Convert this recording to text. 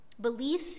belief